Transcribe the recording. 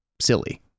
silly